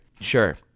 Sure